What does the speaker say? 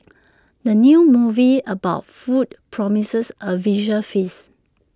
the new movie about food promises A visual feast